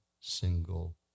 single